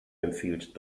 empfiehlt